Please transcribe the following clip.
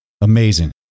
Amazing